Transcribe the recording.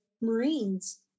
Marines